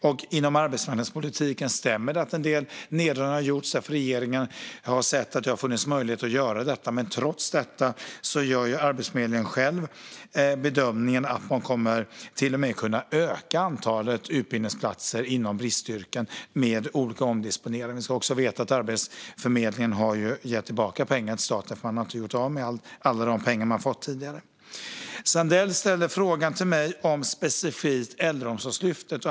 Det stämmer att det har gjorts en del neddragningar inom arbetsmarknadspolitiken, för regeringen har sett att det har funnits möjlighet att göra det. Trots det gör Arbetsförmedlingen själv bedömningen att man genom olika omdisponeringar till och med kommer att kunna öka antalet utbildningsplatser inom bristyrken. Vi ska också veta att Arbetsförmedlingen har gett tillbaka pengar till staten då man inte har gjort av med alla de pengar man fått tidigare. Sandell ställde frågan om specifikt Äldreomsorgslyftet.